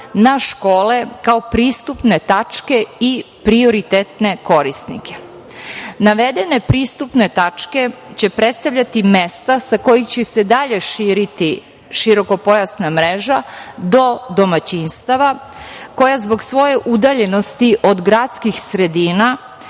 na škole kao pristupne tačke i prioritetne korisnike. Navedene pristupne tačke će predstavljati mesta sa kojih će se dalje širiti širokopojasna mreža do domaćinstava, koja zbog svoje udaljenosti od gradskih sredina